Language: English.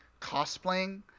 cosplaying